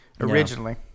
originally